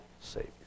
Savior